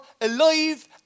alive